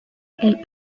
elle